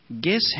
Guess